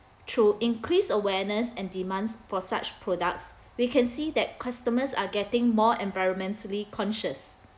through increased awareness and demands for such products we can see that customers are getting more environmentally conscious